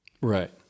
Right